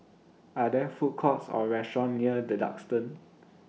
Are There Food Courts Or restaurants near The Duxton